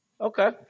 Okay